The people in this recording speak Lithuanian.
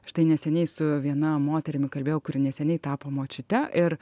štai neseniai su viena moterimi kalbėjau kuri neseniai tapo močiute ir